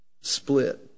split